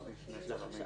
למשל,